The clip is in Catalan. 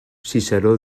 ciceró